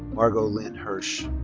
margot lynne hirsch.